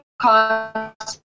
cost